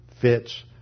fits